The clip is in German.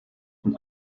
und